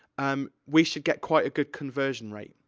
um we should get quite a good conversion rate.